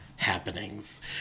Happenings